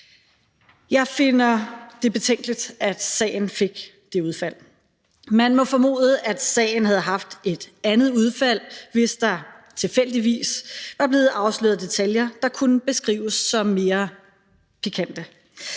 Jeg finder det betænkeligt, at sagen fik det udfald. Man må formode, at sagen havde fået et andet udfald, hvis der tilfældigvis var blevet afsløret detaljer, der kunne beskrives som mere pikante.